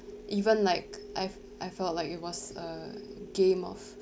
even like I've I felt like it was uh game of